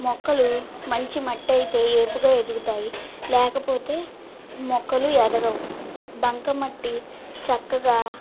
మొక్కలు మంచి మట్టి ఐతే ఏపుగా ఎదుగుతాయి లేకపోతే మొక్కలు ఎదగవు బంకమట్టి చక్కగా